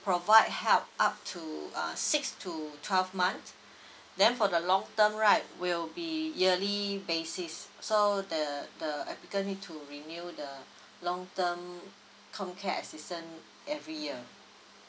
provide help up to uh six to twelve months then for the long term right will be yearly basis so the the the applicant need to renew the long term comcare assistance every year